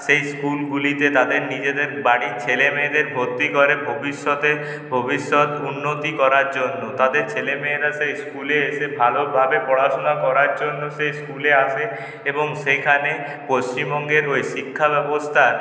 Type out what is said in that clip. সেই স্কুলগুলিতে তাদের নিজেদের বাড়ির ছেলে মেয়েদের ভর্তি করে ভবিষ্যতে ভবিষ্যৎ উন্নতি করার জন্য তাদের ছেলেমেয়েরা সেই স্কুলে এসে ভালোভাবে পড়াশোনা করার জন্য সেই স্কুলে আসে এবং সেখানে পশ্চিমবঙ্গের ওই শিক্ষাব্যবস্থা